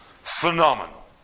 Phenomenal